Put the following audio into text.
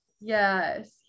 Yes